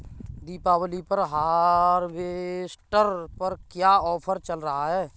दीपावली पर हार्वेस्टर पर क्या ऑफर चल रहा है?